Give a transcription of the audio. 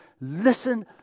listen